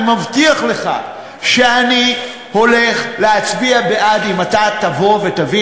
אני מבטיח לך שאני הולך להצביע בעד אם אתה תבוא ותביא